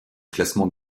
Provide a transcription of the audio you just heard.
classement